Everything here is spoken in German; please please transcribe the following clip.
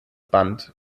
band